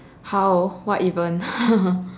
how what even